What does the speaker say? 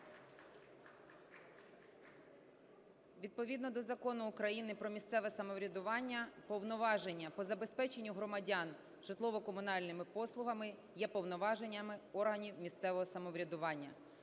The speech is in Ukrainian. Відповідно до Закону України про місцеве самоврядування повноваження по забезпеченню громадян житлово-комунальними послугами є повноваженнями органів місцевого самоврядування.